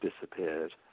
disappeared